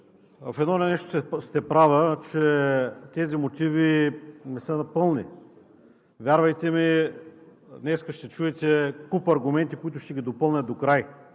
В едно нещо сте права, че тези мотиви не са пълни. Вярвайте ми, днес ще чуете куп аргументи, които ще ги допълнят докрай